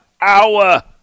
hour